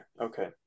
okay